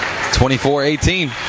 24-18